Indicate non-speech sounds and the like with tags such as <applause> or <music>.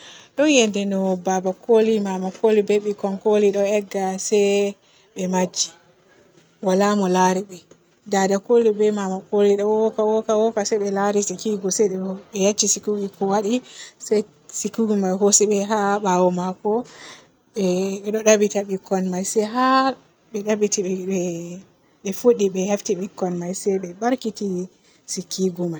<noise> ɗon yende baaba koli, daada koli be bikkon koli ɗo egga se be majji. Waala mo laari be. Daada koli be maama koli ɗo wooka wooka, wooka se be laari sikigu, se be yecci sikigu ko waaɗi se sikigu o may hoosi be haa ɓaawo maako be ye beɗo dabbita bikkon man se har be dabbiti be fuɗɗi be hefti bikkon may se be barkiti sikigu may.